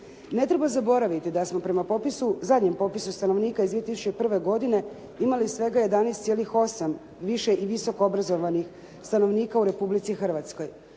Ne treba zaboraviti da smo prema zadnjem popisu stanovnika iz 2001. godine imali svega 11,8 više i visoko obrazovanih stanovnika u Republici Hrvatskoj.